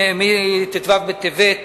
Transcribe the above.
מט"ו בטבת,